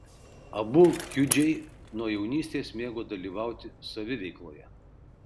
abu kiudžiai nuo jaunystės mėgo dalyvauti saviveikloje